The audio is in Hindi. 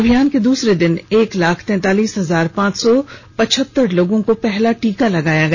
अभियान के दूसरे दिन एक लाख तैंतालीस हजार पांच सौ पचहत्तर लोगों को पहला टीका लगाया गया